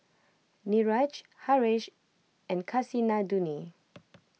Niraj Haresh and Kasinadhuni